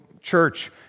church